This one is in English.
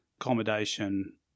accommodation